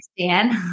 understand